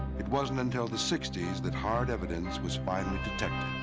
it wasn't until the sixty s that hard evidence was finally detected.